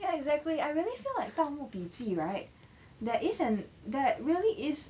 ya exactly I really feel like 盗墓笔记 right there is an there really is